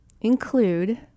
include